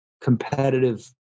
competitive